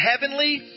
heavenly